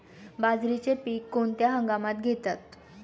बाजरीचे पीक कोणत्या हंगामात घेतात?